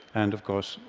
and, of course,